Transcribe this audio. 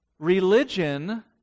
Religion